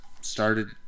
started